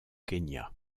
kenya